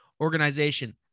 organization